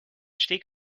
steg